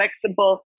flexible